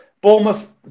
Bournemouth